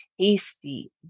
tasty